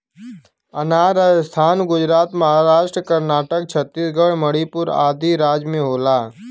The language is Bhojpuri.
अनार राजस्थान गुजरात महाराष्ट्र कर्नाटक छतीसगढ़ मणिपुर आदि राज में होला